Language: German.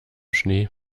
schnee